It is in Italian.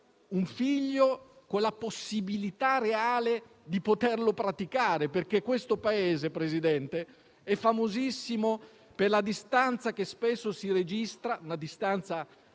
un figlio con la possibilità reale di poterlo praticare, perché questo Paese è famosissimo per la distanza significativa che spesso si registra